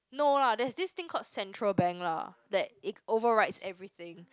no lah there's this thing called Central Bank lah that it overrides everything